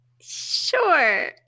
Sure